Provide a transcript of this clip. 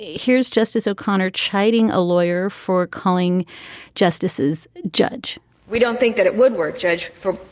yeah here's justice o'connor chiding a lawyer for calling justices judge we don't think that it would work. judge for.